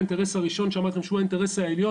שאמרתי לכם שהוא האינטרס העליון,